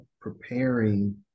preparing